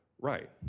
right